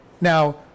Now